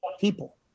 people